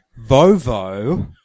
vovo